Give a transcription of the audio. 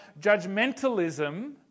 judgmentalism